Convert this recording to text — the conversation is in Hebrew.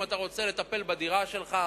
אם אתה רוצה לטפל בדירה שלך,